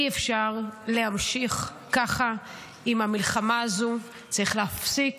אי-אפשר להמשיך ככה עם המלחמה הזו, צריך להפסיק